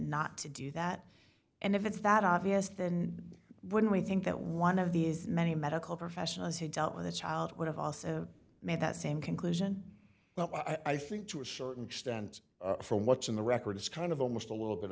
not to do that and if it's that obvious then when we think that one of these many medical professionals who dealt with a child would have made that same conclusion well i think to a certain extent from what's in the record it's kind of almost a little bit